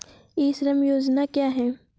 ई श्रम योजना क्या है?